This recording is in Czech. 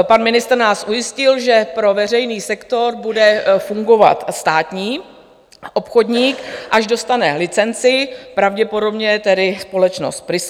Pan ministr nás ujistil, že pro veřejný sektor bude fungovat státní obchodník, až dostane licenci, pravděpodobně tedy společnost Prisko.